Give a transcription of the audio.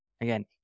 Again